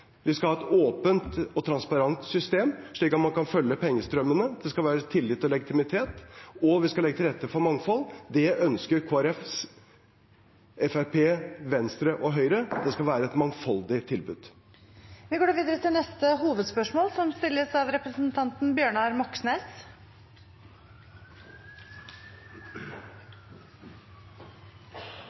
Vi skal ha et åpent og transparent system, slik at man kan følge pengestrømmene. Det skal være tillit og legitimitet, og vi skal legge til rette for mangfold. Det ønsker Fremskrittspartiet, Kristelig Folkeparti, Venstre og Høyre. Det skal være et mangfoldig tilbud. Vi går videre til neste hovedspørsmål.